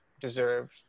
deserve